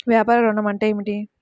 వ్యాపార ఋణం అంటే ఏమిటి?